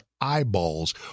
eyeballs